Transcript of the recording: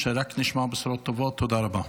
שרק נשמע בשורות טובות, תודה רבה.